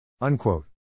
Unquote